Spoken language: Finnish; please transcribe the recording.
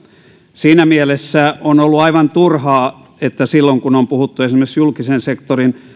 siinä mielessä on ollut aivan turhaa se että silloin kun on puhuttu esimerkiksi julkisen sektorin